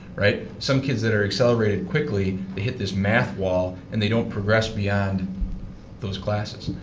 right. some kids that are accelerated quickly hit this math wall and they don't progress beyond those classes.